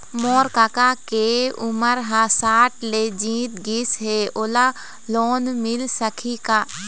मोर कका के उमर ह साठ ले जीत गिस हे, ओला लोन मिल सकही का?